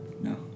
No